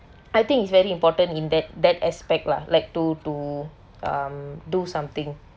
I think it's very important in that that aspect lah like to to um do something